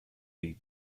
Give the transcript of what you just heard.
league